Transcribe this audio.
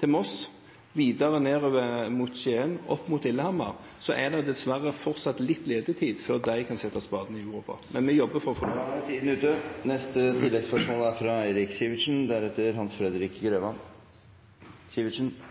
til Moss og videre nedover mot Skien og oppover til Lillehammer, er det dessverre fortsatt litt ledetid før de kan sette spaden i jorda. Men vi jobber for … Eirik Sivertsen – til oppfølgingsspørsmål. Å få et best mulig jernbanetilbud er